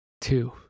Two